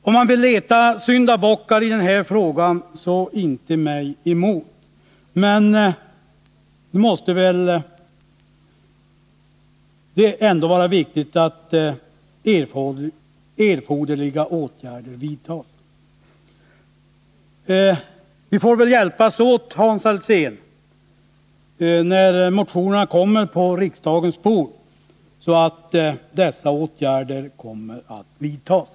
Om man vill leta efter syndabockar i den här frågan, så inte mig emot, men nu måste det viktiga väl ändå vara att erforderliga åtgärder vidtas. Vi får väl hjälpas åt, Hans Alsén, när motionerna kommer på riksdagens bord, så att åtgärder kommer att vidtas.